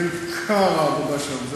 זה עיקר העבודה שלנו,